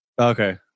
Okay